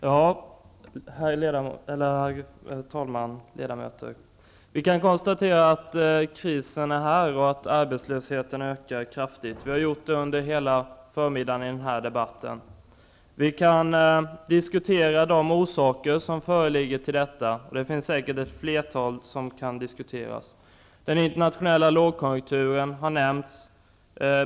Herr talman! Ledamöter! Vi kan konstatera att krisen är här och att arbetslösheten ökar kraftigt. Det har vi gjort under hela förmiddagen i den här debatten. Vi kan diskutera vilka orsaker till detta som föreligger. Det finns säkert ett flertal som kan föras fram. Den internationella lågkonjunkturen har nämnts.